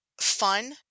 fun